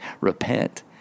repent